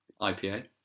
IPA